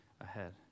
ahead